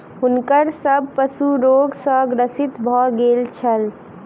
हुनकर सभ पशु रोग सॅ ग्रसित भ गेल छल